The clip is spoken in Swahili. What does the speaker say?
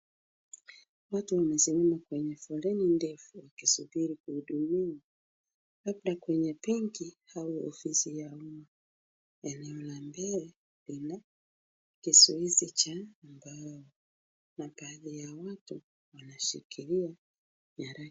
Watu wamesimama kwenye foleni ndefu wakisubiri kuhudumiwa labda kwenye benki au ofisi ya umma. Eneo la mbele lina kizoezi cha mbao na baadhi ya watu wanakishikilia.